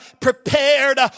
prepared